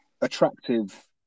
attractive